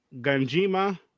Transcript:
Ganjima